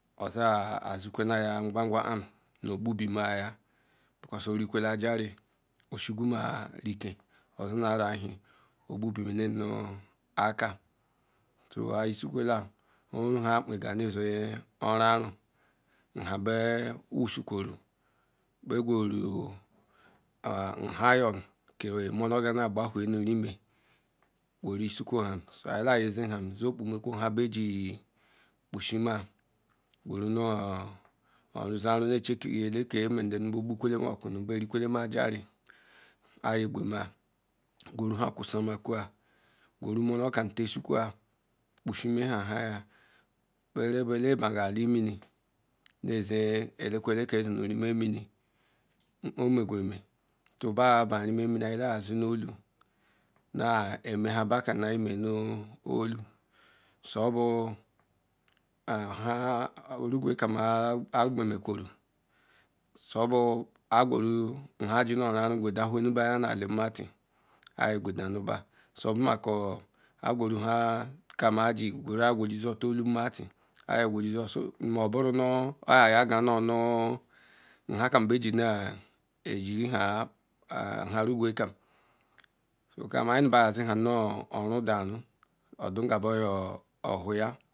Osa zi kulo gwa gwa han nu ogbuma ya because orieku aja ri oshi ogbu ma rike osi na ralu ogbulom na oka so ihe ishe kula owenre ha kuga ne se nrenu be guru ha iron ki le nelou gaga na abawa nu irieme guru ishe ku ham. Ihe ye sezi ham sezi bumeku ham beji busuma guru nu resemun nu chicki la ki mag labuko be rikulu ajari ihe gama garu hia gusha maku guru mdonu ka tishe ku bara bu le mbag ale mini nesi ela ku zi nu mini nu mugu onem so ba iremi mini ya la ye si nu enlilu na eme hia baku eme nu enolu subu nu ah be regu kam alu gwema kulo su bu aguru hiaji na irenu guadanwu eli mali aha gudanlu mba su bu maku ham aji gusu ba enllu mati ali gusulu mba muburu nu al ga onu ham kom be ji na oron rugukam ihin nu ba ye si ham nu reenu de arenu du gi beji owu hia.